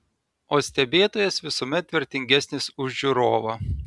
o stebėtojas visuomet vertingesnis už žiūrovą